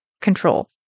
control